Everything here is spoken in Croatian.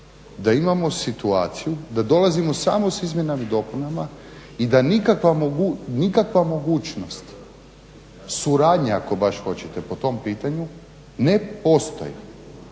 da imamo situaciju da dolazimo samo s izmjenama i dopunama i da nikakva mogućnost suradnje, ako baš hoćete, po tom pitanju ne postoji